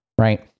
right